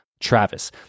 Travis